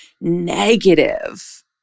negative